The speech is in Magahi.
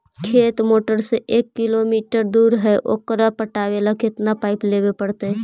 खेत मोटर से एक किलोमीटर दूर है ओकर पटाबे ल केतना पाइप लेबे पड़तै?